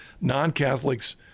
non-Catholics